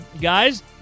guys